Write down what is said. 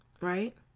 Right